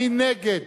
מי נגד?